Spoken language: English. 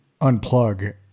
unplug